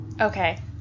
Okay